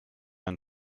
ein